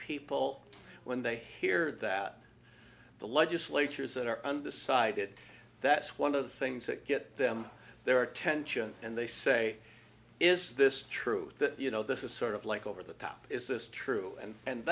people when they hear that the legislatures that are undecided that's one of the things that get them there are tensions and they say is this true that you know this is sort of like over the top is this true and and